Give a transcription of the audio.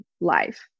life